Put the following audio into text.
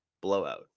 blowout